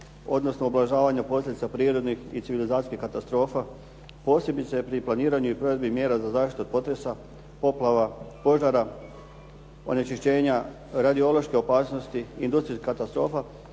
odnosno ublažavanja posljedica prirodnih i civilizacijskih katastrofa, posebice pri planiranju i provedbi mjera za zaštitu od potresa, poplava, požara, onečišćenja, radiološke opasnosti, industrijskih katastrofa